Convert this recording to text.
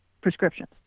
prescriptions